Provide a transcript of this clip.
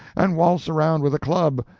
and waltz around with a club,